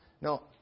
No